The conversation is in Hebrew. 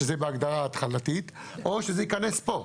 שזה בהגדרה ההתחלתית, או שזה ייכנס פה.